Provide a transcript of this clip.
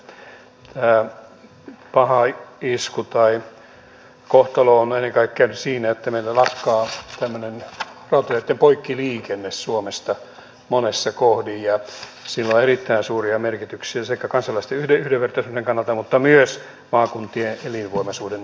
paha isku tai kohtalo on ennen kaikkea siinä että meillä lakkaa rautateitten poikkiliikenne suomesta monessa kohdin ja sillä on erittäin suuria merkityksiä sekä kansalaisten yhdenvertaisuuden kannalta että myös maakuntien elinvoimaisuuden näkökulmasta